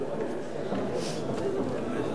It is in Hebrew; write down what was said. שהיה קודם.